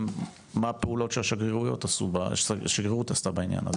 ומה הפעולות שהשגרירות עשתה בעניין הזה.